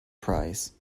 prize